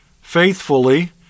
faithfully